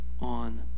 on